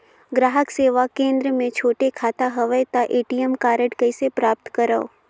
ग्राहक सेवा केंद्र मे छोटे खाता हवय त ए.टी.एम कारड कइसे प्राप्त करव?